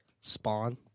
Spawn